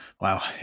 Wow